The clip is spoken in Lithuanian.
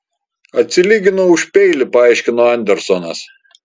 atsilyginau už peilį paaiškino andersonas